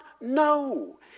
No